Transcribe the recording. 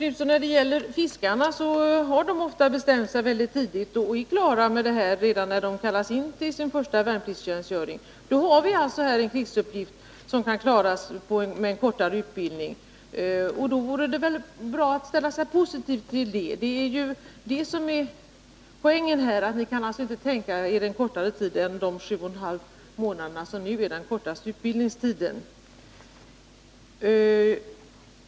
Herr talman! De som vill bli fiskare, Göthe Knutson, har ofta bestämt sig mycket tidigt, många av dem redan innan de blir inkallade till sin första värnpliktstjänstgöring. Det gör att de kan klara sina krigsuppgifter med en kortare utbildning. Det är något som jag tycker att man bör ställa sig positiv till. Men ni kan alltså inte tänka er en kortare utbildningstid för denna grupp än de sju och en halv månader som nu är den kortaste.